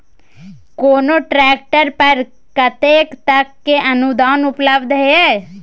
कोनो ट्रैक्टर पर कतेक तक के अनुदान उपलब्ध ये?